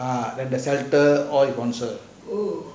ah